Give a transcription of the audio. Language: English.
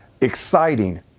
exciting